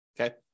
Okay